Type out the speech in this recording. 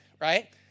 right